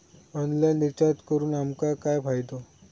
Online recharge करून आमका काय फायदो?